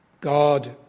God